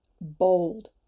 bold